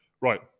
Right